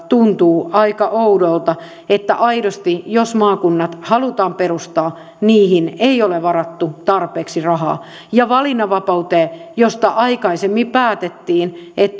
tuntuu aika oudolta jos maakunnat aidosti halutaan perustaa että niihin ei ole varattu tarpeeksi rahaa ja valinnanvapauteen josta aikaisemmin päätettiin